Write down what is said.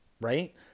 right